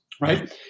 right